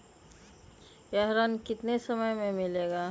यह ऋण कितने समय मे मिलेगा?